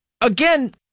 again